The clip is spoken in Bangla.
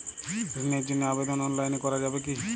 ঋণের জন্য আবেদন অনলাইনে করা যাবে কি?